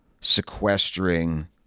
sequestering